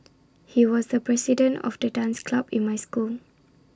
he was the president of the dance club in my school